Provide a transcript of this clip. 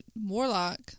warlock